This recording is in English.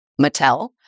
Mattel